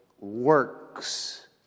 works